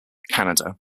canada